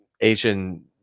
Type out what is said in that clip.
Asian